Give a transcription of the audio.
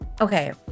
okay